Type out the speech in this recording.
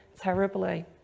terribly